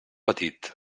petit